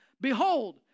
Behold